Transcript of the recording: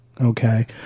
Okay